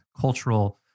cultural